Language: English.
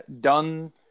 done